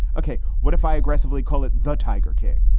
okay. what if i aggressively call it the tiger king?